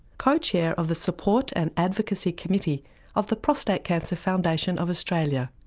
co-chair of the support and advocacy committee of the prostate cancer foundation of australia.